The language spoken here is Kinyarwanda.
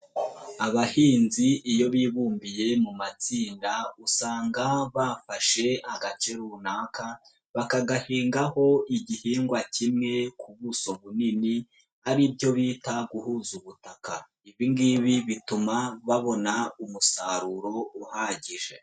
Abahinzi iyo bibumbiye mu matsinda, usanga bafashe agace runaka, bakagahingaho igihingwa kimwe ku buso bunini, aribyo bita guhuza ubutaka, ibingibi bituma babona umusaruro uhagije.